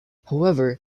however